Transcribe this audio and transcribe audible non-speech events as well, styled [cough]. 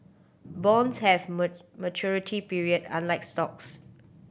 bonds have [unintelligible] maturity period unlike stocks